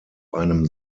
einem